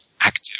active